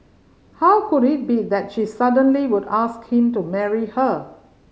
how could it be that she suddenly would ask him to marry her